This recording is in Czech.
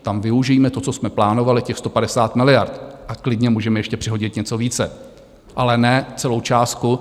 Tam využijme to, co jsme plánovali, těch 150 miliard, a klidně můžeme ještě přihodit něco více, ale ne celou částku.